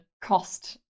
cost